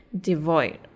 devoid